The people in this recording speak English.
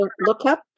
lookup